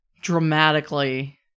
dramatically